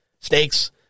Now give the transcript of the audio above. snakes